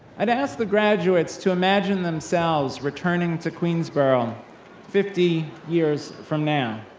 i'd ask the graduates to imagine themselves returning to queensborough fifty years from now.